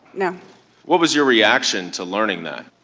no what was your reaction to learning that?